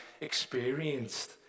experienced